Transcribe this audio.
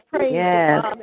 Yes